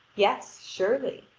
yes, surely.